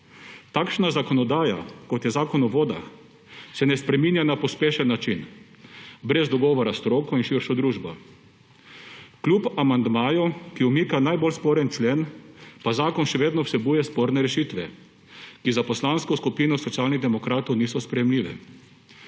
Takšna zakonodaja, kot je Zakon o vodah, se ne spreminja na pospešen način, brez dogovora s stroko in širšo družbo. Kljub amandmaju, ki umika najbolj sporen člen, pa zakon še vedno vsebuje sporne rešitve, ki za poslansko skupino Socialnih demokratov niso sprejemljive.